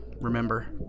remember